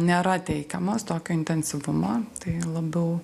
nėra teikiamos tokio intensyvumo tai labiau